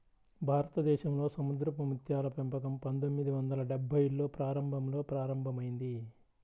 భారతదేశంలో సముద్రపు ముత్యాల పెంపకం పందొమ్మిది వందల డెభ్భైల్లో ప్రారంభంలో ప్రారంభమైంది